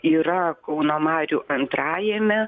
yra kauno marių antrajame